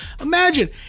Imagine